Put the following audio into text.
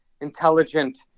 intelligent